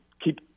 keep